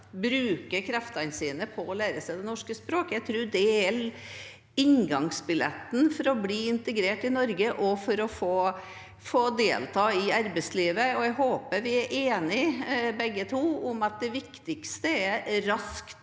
bruke kreftene sine på å lære seg det norske språket. Jeg tror det er inngangsbilletten for å bli integrert i Norge og for å få delta i arbeidslivet. Og jeg håper vi begge er enige om at det viktigste er å